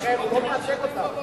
לכן הוא לא מייצג אותם,